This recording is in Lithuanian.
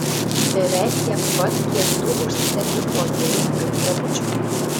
beveik tiek pat kiek tu užsitepi uogienės ant skrebučio